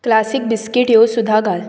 classic biscuit ह्यो सुद्दां घाल